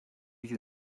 you